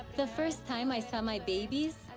the first time i saw my babies,